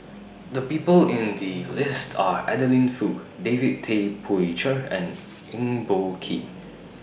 The People included in The list Are Adeline Foo David Tay Poey Cher and Eng Boh Kee